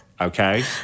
Okay